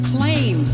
Claim